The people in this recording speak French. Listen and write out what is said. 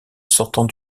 sortant